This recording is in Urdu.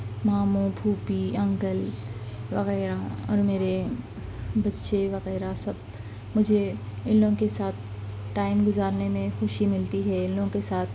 ماموں پھوپھی انکل وغیرہ اور میرے بچے وغیرہ سب مجھے اِن لوگوں کے ساتھ ٹائم گُزارنے میں خوشی ملتی ہے اِن لوگوں کے ساتھ